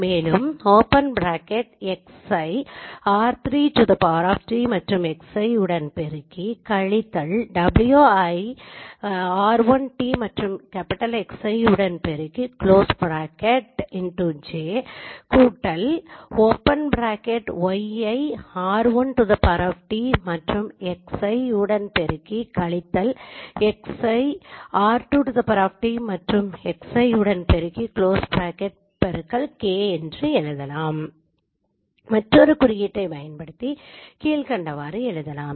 மேலும் open bracket xi ஐ r3T மற்றும் Xi உடன் பெருக்கி கழித்தல் wi ஐ r1T மற்றும் Xi உடன் பெருக்கி க்ளோஸ் ப்ராக்கெட் பெருக்கல் j கூட்டல் ஓப்பன் ப்ராக்கெட் yi ஐ r1T மற்றும் Xi உடன் பெருக்கி கழித்தல் xi ஐ r2T மற்றும் Xi உடன் பெருக்கி க்ளோஸ் ப்ராக்கெட் பெருக்கல் k என்று எழுதலாம் மற்றோரு குறியீட்டைப் பயன்படுத்தி கீழ்கண்டவாறு எழுதலாம்